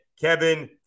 Kevin